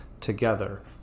together